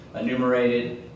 enumerated